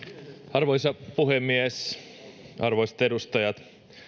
arvoisa puhemies arvoisat edustajat